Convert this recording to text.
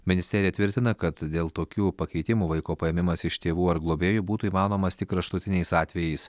ministerija tvirtina kad dėl tokių pakeitimų vaiko paėmimas iš tėvų ar globėjų būtų įmanomas tik kraštutiniais atvejais